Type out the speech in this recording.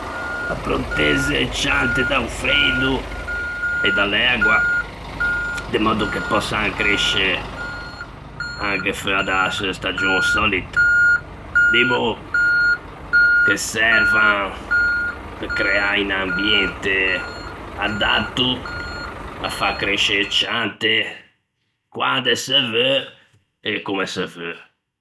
À proteze e ciante da-o freido e da l'ægua, de mòddo che pòssan cresce anche feua da-a seu stagion sòlita; dimmo che servan pe creâ un ambiente adatto à fâ cresce e ciante quande se veu e comme se veu.